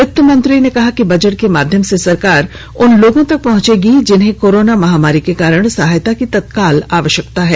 वित्त मंत्री ने कहा कि बजट के माध्यम से सरकार उन लोगों तक पहुंचेगी जिन्हें कोरोना महामारी के कारण सहायता की तत्काल आवश्यकता है